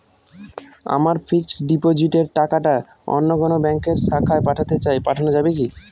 আমার ফিক্সট ডিপোজিটের টাকাটা অন্য কোন ব্যঙ্কের শাখায় পাঠাতে চাই পাঠানো যাবে কি?